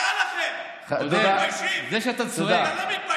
לקרוא את המספרים של מה שאמרתם שתיתנו אני מכיר.